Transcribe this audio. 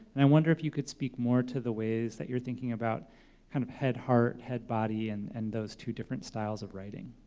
and i wonder if you could speak more to the ways that you're thinking about kind of head-heart, head-body, and and those two different styles of writing?